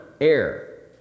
air